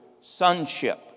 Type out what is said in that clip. sonship